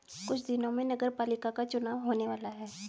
कुछ दिनों में नगरपालिका का चुनाव होने वाला है